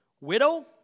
widow